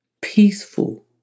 peaceful